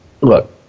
Look